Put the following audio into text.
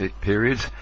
periods